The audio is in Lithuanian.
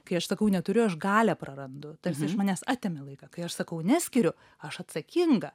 kai aš sakau neturiu aš galią prarandu tarsi iš manęs atėmė laiką kai aš sakau neskiriu aš atsakinga